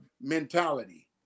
mentality